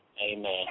Amen